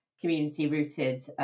community-rooted